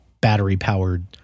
battery-powered